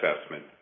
assessment